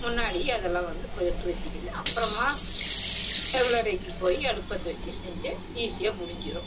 முன்னாடியே அதெல்லாம் வந்து ப எடுத்து வெச்சுக்கின்னு அப்புறமா சமையலறைக்கு போய் அடுப்பு பற்ற வெச்சு செஞ்சால் ஈஸியாக முடிஞ்சுரும்